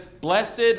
blessed